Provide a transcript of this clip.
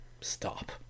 stop